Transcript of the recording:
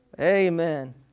Amen